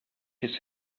his